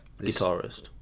Guitarist